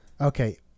okay